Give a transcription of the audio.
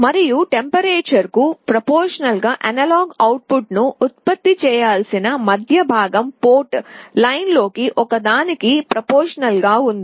మరియు ఉష్ణోగ్రతకు అనులోమానుపాతంలో అనలాగ్ అవుట్పుట్ ను ఉత్పత్తి చేయాల్సిన మధ్య భాగం పోర్ట్ లైన్లలో ఒకదానికి అనుసంధానించబడి ఉంది